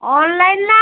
online ନା